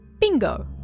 bingo